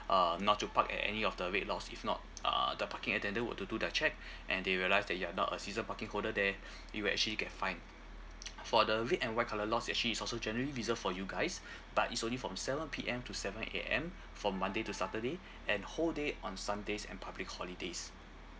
uh not to park at any of the red lots if not uh the parking attendant were to do their check and they realise that you're not a season parking holder there you will actually get fined for the red and white colour lots actually it's also generally reserved for you guys but it's only from seven P_M to seven A_M from monday to saturday and whole day on sundays and public holidays